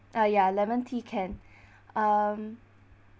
ah ya lemon tea can um